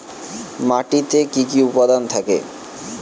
মাটিতে কি কি উপাদান থাকে?